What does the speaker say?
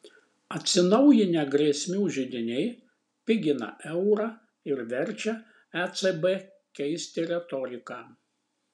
atsinaujinę grėsmių židiniai pigina eurą ir verčia ecb keisti retoriką